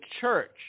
church